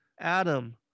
Adam